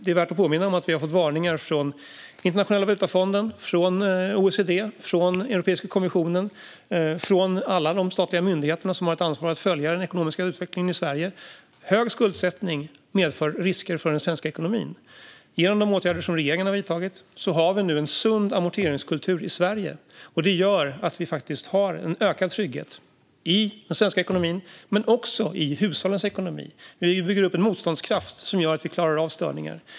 Det är värt att påminna om att vi har fått varningar från Internationella valutafonden, från OECD, från Europeiska kommissionen och från alla de statliga myndigheter som har ett ansvar att följa den ekonomiska utvecklingen i Sverige. Hög skuldsättning medför risker för den svenska ekonomin. Genom de åtgärder som regeringen har vidtagit har vi nu en sund amorteringskultur i Sverige. Det gör att vi faktiskt har en ökad trygghet i den svenska ekonomin men också i hushållens ekonomi. Vi bygger upp en motståndskraft som gör att vi klarar av störningar.